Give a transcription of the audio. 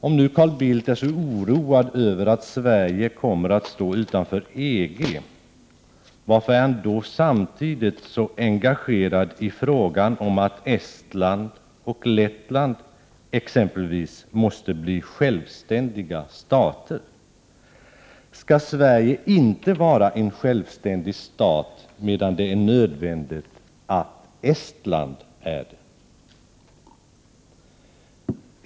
Om nu Carl Bildt är så oroad över att Sverige kommer att stå utanför EG, varför är han då samtidigt så engagerad vad gäller att Prot. 1988/89:129 exempelvis Estland och Lettland måste bli självständiga stater? Skall Sverige 6 juni 1989 inte vara en självständig stat, medan det är nödvändigt att Estland är det?